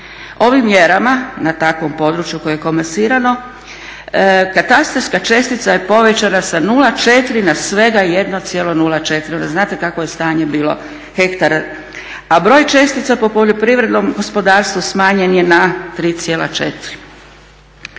Ovim mjerama na takvom području koje je komasirano katastarska čestica je povećana sa 0,4 na svega 1.04 onda znate kakvo je stanje bilo hektara a broj čestica po poljoprivrednom gospodarstvu smanjen je na 3,4.